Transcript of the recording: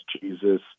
Jesus